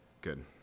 Good